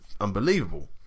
unbelievable